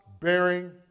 bearing